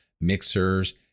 mixers